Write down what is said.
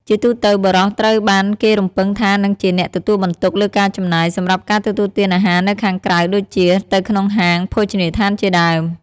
ជាទូទៅ បុរសត្រូវបានគេរំពឹងថានឹងជាអ្នកទទួលបន្ទុកលើការចំណាយ សម្រាប់ការទទួលទានអាហារនៅខាងក្រៅដូចជា ទៅក្នុងហាង ភោជនីដ្ឋានជាដើម។